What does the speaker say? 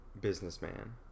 businessman